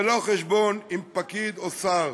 זה לא חשבון עם פקיד או שר.